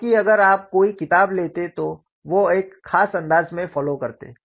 क्योंकि अगर आप कोई किताब लेते तो वो एक खास अंदाज में फॉलो करते